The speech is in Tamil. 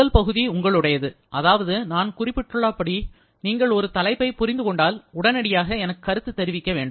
முதல் பகுதி உங்களுடையது அதாவது நான் குறிப்பிட்டுள்ளபடி நீங்கள் ஒரு தலைப்பைப் புரிந்து கொண்டால் உடனடியாக எனக்கு கருத்துத் தெரிவிக்க வேண்டும்